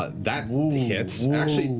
ah that hits. actually,